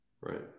Right